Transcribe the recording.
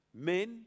men